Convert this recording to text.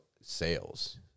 sales